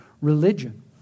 religion